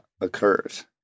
occurs